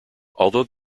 although